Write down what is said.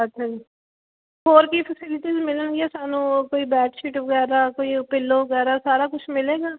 ਅੱਛਾ ਜੀ ਹੋਰ ਕੀ ਮਿਲਣਗੀਆਂ ਸਾਨੂੰ ਉਹ ਕੋਈ ਬੈੱਡ ਸ਼ੀਟ ਵਗੈਰਾ ਕੋਈ ਉਹ ਪਿੱਲੋ ਵਗੈਰਾ ਸਾਰਾ ਕੁਛ ਮਿਲੇਗਾ